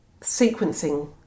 sequencing